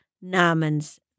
namens